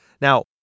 now